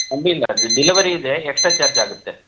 ಕಮ್ಮಿ ಇಲ್ಲ ಡೆಲಿವರಿ ಇದೆ ಎಕ್ಸ್ಟ್ರಾ ಚಾರ್ಜ್ ಆಗತ್ತೆ